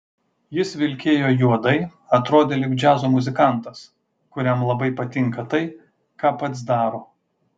jis vilkėjo juodai atrodė lyg džiazo muzikantas kuriam labai patinka tai ką pats daro